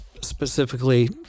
specifically